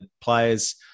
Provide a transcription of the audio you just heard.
players